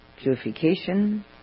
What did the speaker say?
purification